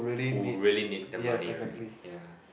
who really need the money right yeah